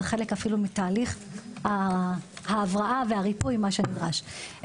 זה אפילו חלק מתהליך ההבראה והריפוי וממה שנדרש.